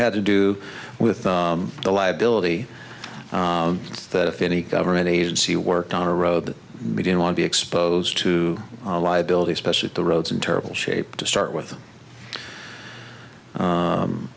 had to do with the liability that if any government agency worked on a road that we didn't want to be exposed to liability especially the roads in terrible shape to part with